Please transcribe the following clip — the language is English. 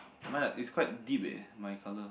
mine is quite deep eh my colour